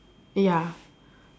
ya